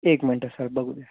एक मिनटं सर बघू द्या